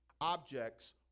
objects